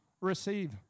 Receive